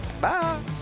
Bye